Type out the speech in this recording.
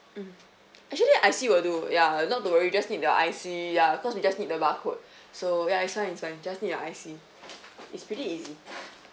mmhmm actually I_C will do ya not to worry just need your I_C ya cause we just need the barcode so ya it's fine it's fine just need your I_C it's pretty easy